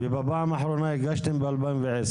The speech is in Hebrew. ובפעם האחרונה הגשתם ב-2010?